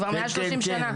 כבר מעל שלושים שנה.